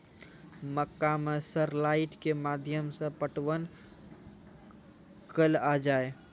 मक्का मैं सर लाइट के माध्यम से पटवन कल आ जाए?